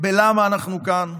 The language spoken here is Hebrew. למה אנחנו כאן,